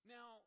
Now